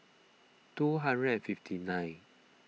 two hundred and fifty nine